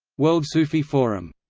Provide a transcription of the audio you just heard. world sufi forum